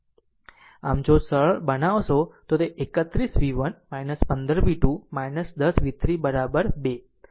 આમ જો સરળ બનાવશો તો તે 31 v1 15 v2 10 v3 2 40 બનશે